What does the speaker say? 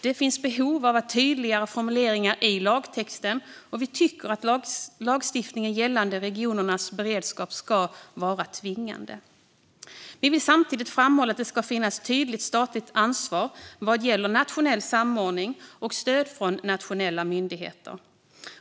Det finns behov av att tydliggöra formuleringar i lagtexten, och vi tycker att lagstiftningen gällande regionernas beredskap ska vara tvingande. Vi vill samtidigt framhålla att det ska finnas ett tydligt statligt ansvar vad gäller nationell samordning och stöd från nationella myndigheter.